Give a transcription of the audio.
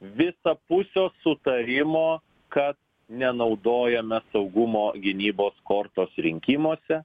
visapusio sutarimo kad nenaudojame saugumo gynybos kortos rinkimuose